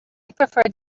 preferred